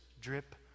drip